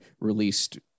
released